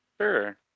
Sure